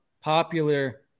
popular